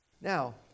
Now